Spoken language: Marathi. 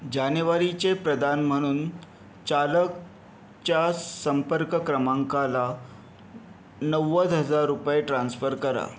जानेवारीचे प्रदान म्हणून चालकच्या संपर्क क्रमांकाला नव्वद हजार रुपये ट्रान्स्फर करा